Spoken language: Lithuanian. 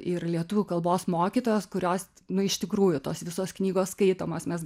ir lietuvių kalbos mokytojos kurios nu iš tikrųjų tos visos knygos skaitomos mes